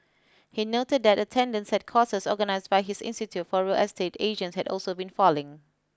he noted that attendance at courses organised by his institute for real estate agents had also been falling